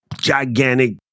gigantic